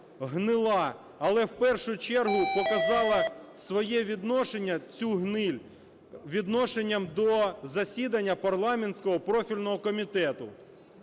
але в першу чергу показала своє відношення, цю гниль, відношенням до засідання парламентського профільного комітету.